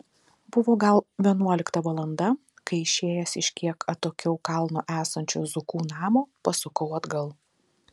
buvo gal vienuolikta valanda kai išėjęs iš kiek atokiau kalno esančio zukų namo pasukau atgal